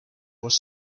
was